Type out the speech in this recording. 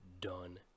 Done